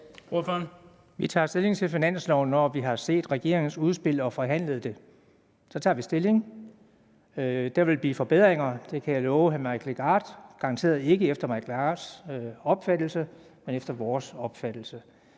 Vi tager stilling til finansloven, når vi har set regeringens udspil og forhandlet det. Så tager vi stilling. Der vil blive forbedringer, det kan jeg love hr. Mike Legarth. Det er garanteret ikke forbedringer efter hr. Mike Legarths opfattelse, men efter vores opfattelse.